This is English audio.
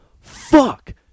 Fuck